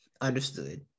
understood